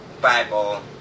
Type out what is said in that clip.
Bible